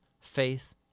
faith